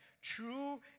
True